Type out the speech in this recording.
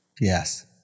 Yes